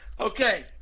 Okay